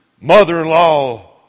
mother-in-law